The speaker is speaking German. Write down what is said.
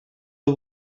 der